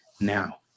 Now